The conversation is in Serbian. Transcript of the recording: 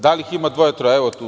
Da li ih ima dvoje, troje?